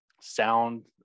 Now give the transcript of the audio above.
sound